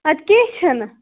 اَدٕ کیٚنٛہہ چھُنہٕ